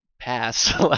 pass